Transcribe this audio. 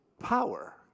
power